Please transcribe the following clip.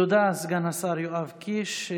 תודה, סגן השר יואב קיש.